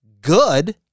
good